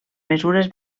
mesures